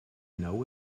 know